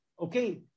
okay